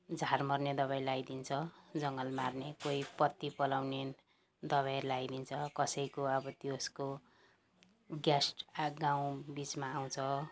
झार मर्ने दबाई लगाइदिन्छ जङ्गल मार्ने कोही पत्ती पलाउने दबाई लगाइदिन्छ कसैको अब त्यसको ग्यास आ गाउँ बिचमा आउँछ